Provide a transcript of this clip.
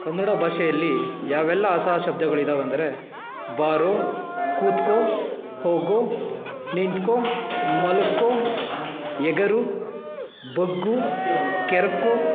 ಕನ್ನಡ ಭಾಷೆಯಲ್ಲಿ ಯಾವೆಲ್ಲ ಹೊಸ ಶಬ್ದಗಳಿದ್ದಾವಂದ್ರೆ ಬಾರೋ ಕೂತ್ಕೋ ಹೋಗೋ ನಿಂತುಕೋ ಮಲ್ಕೋ ಎಗರು ಬಗ್ಗು ಕೆರ್ಕೋ